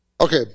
Okay